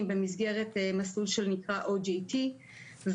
במסגרת מסלול שנקרא OJT (On the job training) ,